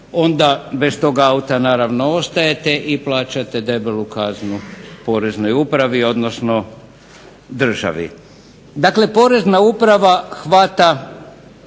onda bez tog auta naravno ostajete i plaćate debelu kaznu poreznoj upravi odnosno državi. Dakle, Porezna uprava hvata